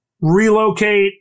relocate